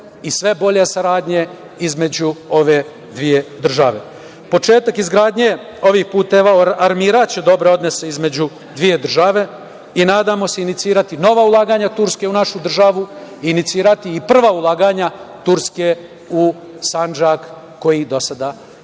i sve bolje saradnje između ove dve države. Početak izgradnje ovih puteva armiraće dobre odnose između dve države i nadamo se inicirati nova ulaganje Turske u našu državu, inicirati i prva ulaganja Turske u Sandžak koji do sada je